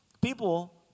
people